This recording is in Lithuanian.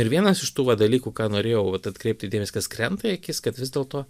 ir vienas iš tų va dalykų ką norėjau vat atkreipti dėmesį kas krenta į akis kad vis dėlto